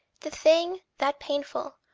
the thing that painful,